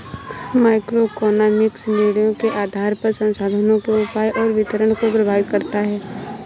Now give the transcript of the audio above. microeconomics निर्णयों के आधार पर संसाधनों के उपयोग और वितरण को प्रभावित करता है